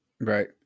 Right